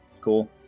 cool